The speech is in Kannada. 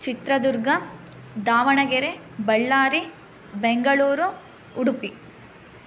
ಚಿತ್ರದುರ್ಗ ದಾವಣಗೆರೆ ಬಳ್ಳಾರಿ ಬೆಂಗಳೂರು ಉಡುಪಿ